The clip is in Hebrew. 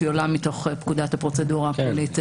היא עולה מתוך פקודת הפרוצדורה הפלילית (עדות)